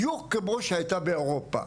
בדיוק כמו שהייתה באירופה